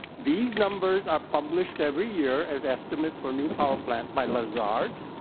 these numbers are published every year as estimates for new power plant by lazard,